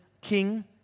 King